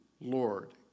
Lord